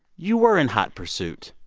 you were in hot pursuit,